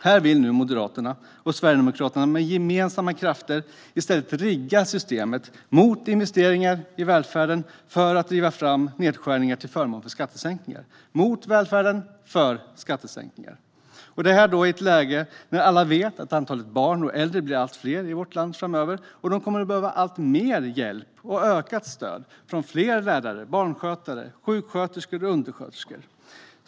Här vill nu Moderaterna och Sverigedemokraterna med gemensamma krafter i stället rigga systemet mot investeringar i välfärden för att driva fram nedskärningar till förmån för skattesänkningar - mot välfärden, för skattesänkningar. Det gör man i ett läge där alla vet att antalet barn och äldre kommer att bli allt fler i vårt land framöver, och de kommer att behöva mer hjälp och ökat stöd av fler lärare, barnskötare, sjuksköterskor och undersköterskor.